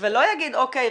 ולא יגיד אוקי,